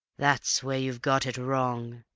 that's where you've got it wrong,